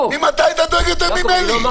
ממתי אתה דואג יותר ממני?